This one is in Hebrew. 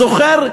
זוכר,